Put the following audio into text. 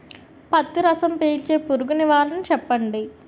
పత్తి రసం పీల్చే పురుగు నివారణ చెప్పండి?